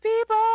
people